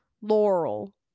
Laurel